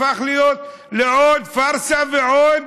הפך להיות לעוד פארסה ועוד,